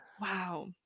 Wow